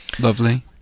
Lovely